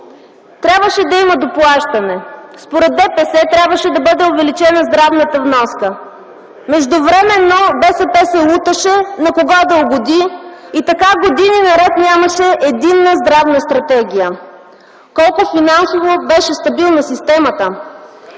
трябваше да има доплащане. Според ДПС трябваше да бъде увеличена здравната вноска. Междувременно БСП се луташе, на кого да угоди? Така години наред нямаше единна здравна стратегия. РЕПЛИКА ОТ КБ: А сега има